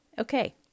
okay